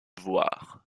voir